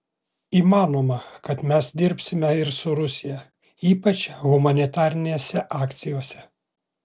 įmanoma kad mes dirbsime ir su rusija ypač humanitarinėse akcijose